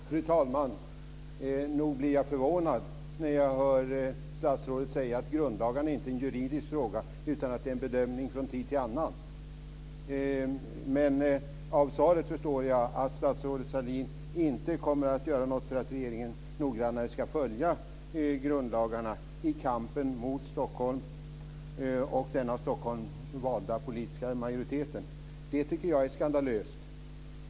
Fru talman! Nog blir jag förvånad när jag hör statsrådet säga att frågan om grundlagarna inte är en juridisk fråga, utan att det handlar om en bedömning från tid till annan. Av svaret förstår jag att statsrådet Sahlin inte kommer att göra något för att regeringen noggrannare ska följa grundlagarna i kampen mot Stockholm och den av stockholmarna valda politiska majoriteten. Det tycker jag är skandalöst.